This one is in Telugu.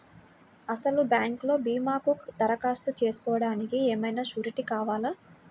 అసలు బ్యాంక్లో భీమాకు దరఖాస్తు చేసుకోవడానికి ఏమయినా సూరీటీ కావాలా?